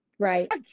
right